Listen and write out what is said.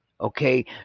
okay